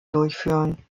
durchführen